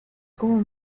como